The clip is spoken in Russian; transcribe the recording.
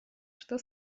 что